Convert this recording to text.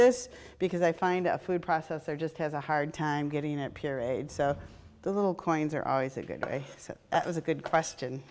this because i find a food processor just has a hard time getting it pure aid so the little coins are always a good day so it was a good question